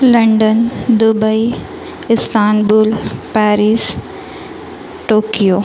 London Dubai Istanbul Paris Tokyo